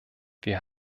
wir